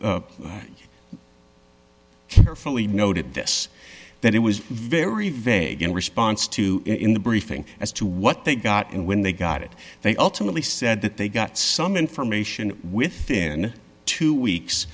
carefully noted this that it was very very in response to in the briefing as to what they got and when they got it they ultimately said that they got some information within two weeks